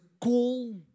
call